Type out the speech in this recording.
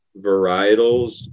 varietals